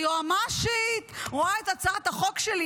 והיועמ"שית רואה את הצעת החוק שלי